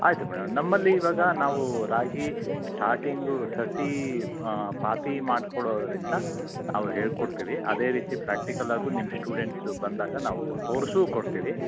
ಆಯ್ತು ಮೇಡಮ್ ನಮ್ಮಲ್ಲಿ ಇವಾಗ ನಾವು ರಾಗಿ ಸ್ಟಾರ್ಟಿಂಗು ಸಸಿ ಪಾತಿ ಮಾಡ್ಕೊಳ್ಳೋದ್ರಿಂದ ನಾವು ಹೇಳಿಕೊಡ್ತೀವಿ ಅದೇ ರೀತಿ ಪ್ರ್ಯಾಕ್ಟಿಕಲ್ಲಾಗು ನಿಮ್ಮ ಸ್ಟೂಡೆಂಟ್ಸು ಬಂದಾಗ ನಾವು ತೋರ್ಸೂ ಕೊಡ್ತೀವಿ